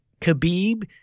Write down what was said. Khabib